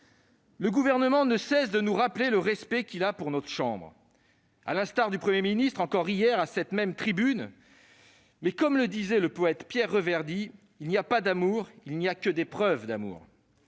Le Gouvernement ne cesse de nous assurer du respect qu'il a pour notre chambre- le Premier ministre l'a fait, hier encore, à cette tribune -, mais, comme le disait le poète Pierre Reverdy, « il n'y a pas d'amour, il n'y a que des preuves d'amour ».